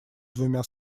двумя